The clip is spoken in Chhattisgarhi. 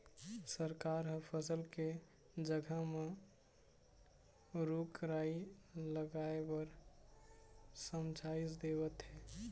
सरकार ह फसल के जघा म रूख राई लगाए बर समझाइस देवत हे